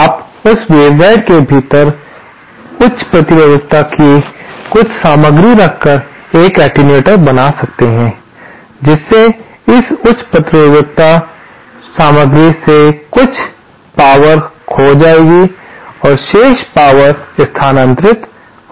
आप उस वेवगाइड के भीतर उच्च प्रतिरोधकता की कुछ सामग्री रखकर एक एटेन्यूएटर बना सकते हैं जिससे इस उच्च प्रतिरोधकता सामग्री में कुछ शक्ति खो जाएगी और शेष शक्ति स्थानांतरित हो जाएगी